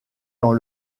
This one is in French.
dans